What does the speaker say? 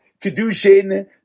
kedushin